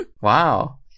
Wow